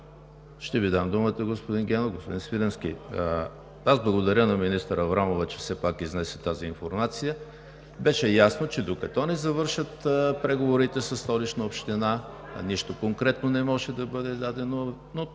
Ще Ви дам думата, господин Генов. Господин Свиленски, аз благодаря на министър Аврамова, че все пак изнесе тази информация. Беше ясно, че докато не завършат преговорите със Столична община, нищо конкретно не може да бъде дадено, но